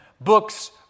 books